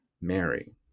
Mary